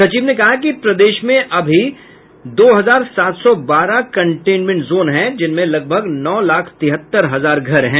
सचिव ने कहा कि प्रदेश में अभी दो हजार सात सौ बारह कंटेनमेंट जोन हैं जिनमें लगभग नौ लाख तिहत्तर हजार घर हैं